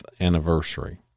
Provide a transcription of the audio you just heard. anniversary